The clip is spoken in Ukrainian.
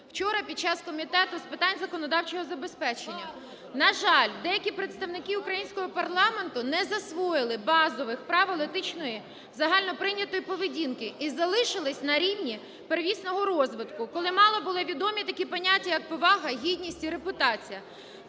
вчора під час Комітету з питань законодавчого забезпечення. На жаль, деякі представники українського парламенту не засвоїли базових правил етичної загальноприйнятої поведінки і залишились на рівні первісного розвитку, коли мало відомі були такі поняття як повага, гідність і репутація.